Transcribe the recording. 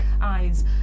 eyes